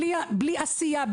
בלי עשייה,